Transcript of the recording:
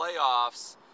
playoffs